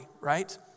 right